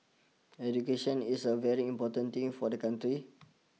education is a very important thing for the country